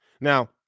Now